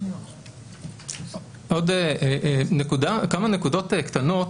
עוד כמה נקודות קטנות.